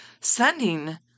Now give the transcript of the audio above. sending